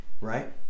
Right